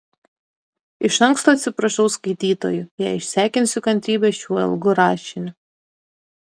iš anksto atsiprašau skaitytojų jei išsekinsiu kantrybę šiuo ilgu rašiniu